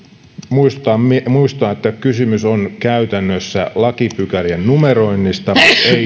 muistaa että kysymys on käytännössä lakipykälien numeroinnista